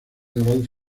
naval